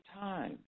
time